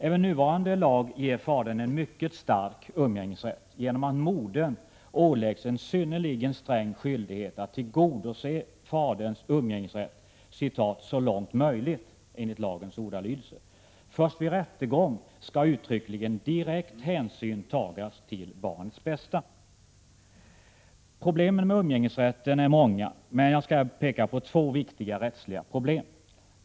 Även nuvarande lag ger fadern en mycket stark umgängesrätt genom att modern ålägges en synnerligen sträng skyldighet att tillgodose faderns umgängesrätt ”så långt möjligt” enligt lagens ordalydelse. Först vid rättegång skall uttryckligen direkt hänsyn tas till barnets bästa. Problemen med umgängesrätt är många men jag skall här peka på två viktiga rättsliga problem.